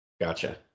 Gotcha